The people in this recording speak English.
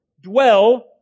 dwell